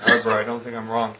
i don't think i'm wrong